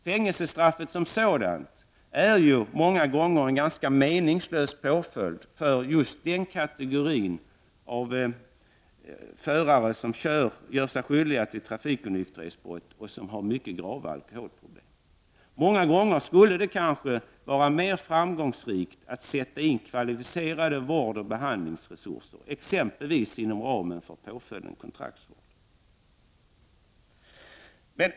Fängelsestraffet som sådant är ju många gånger en ganska meningslös påföljd för just denna kategori av förare, alltså sådana som har mycket grava alkoholproblem och gör sig skyldiga till trafikonykterhetsbrott. Många gånger skulle det kanske var mera framgångrikt att sätta in kvalificerade vårdoch behandlingsresurser, exempelvis inom ramen för påföljden kontraktsvård.